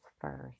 first